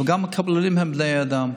אבל גם הקבלנים הם בני אדם,